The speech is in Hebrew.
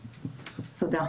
תודה.